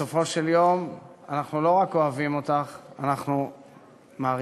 בסופו של יום אנחנו לא רק אוהבים אותך,